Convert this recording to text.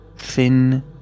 Thin